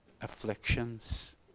afflictions